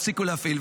יפסיקו להפעיל.